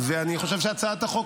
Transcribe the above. אדוני היושב-ראש, כנסת נכבדה,